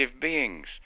beings